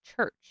church